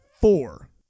four